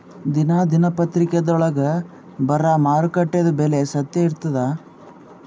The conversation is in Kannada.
ದಿನಾ ದಿನಪತ್ರಿಕಾದೊಳಾಗ ಬರಾ ಮಾರುಕಟ್ಟೆದು ಬೆಲೆ ಸತ್ಯ ಇರ್ತಾದಾ?